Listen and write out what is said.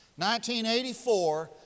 1984